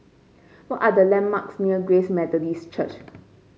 what are the landmarks near Grace Methodist Church